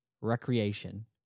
Recreation